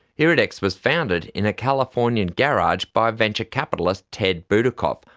iridex was founded in a californian garage by venture capitalist ted boutacoff,